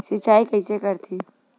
सिंचाई कइसे करथे?